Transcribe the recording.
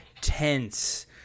tense